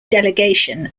delegation